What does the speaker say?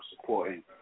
supporting